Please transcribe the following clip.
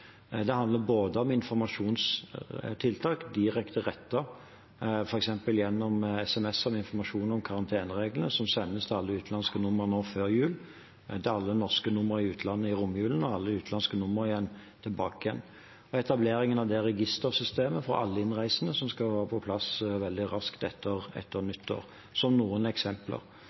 Det handler både om informasjonstiltak direkte rettet til alle norske nummer i utlandet i romjulen og til alle utenlandske nummer på vei tilbake, f.eks. gjennom sms-er med informasjon om karantenereglene, som sendes til alle utenlandske nummer nå før jul, og om etablering av det registersystemet for alle innreisende som skal være på plass veldig raskt etter nyttår – som noen eksempler.